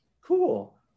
cool